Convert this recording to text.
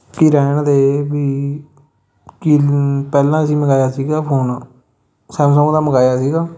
ਕਿ ਰਹਿਣ ਦੇ ਵੀ ਕਿ ਪਹਿਲਾਂ ਅਸੀਂ ਮੰਗਵਾਇਆ ਸੀਗਾ ਫੋਨ ਸੈਮਸੰਗ ਦਾ ਮੰਗਵਾਇਆ ਸੀਗਾ